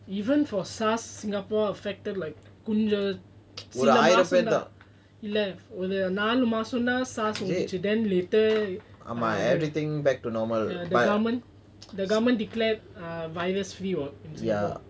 even for SARS singapore affected like நாலுமாசம்தான்:nalu masamthan then later um ya the government the government declared ah virus free in singapore